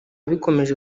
bikomeje